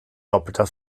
doppelter